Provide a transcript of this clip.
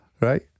Right